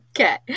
Okay